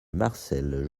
marcel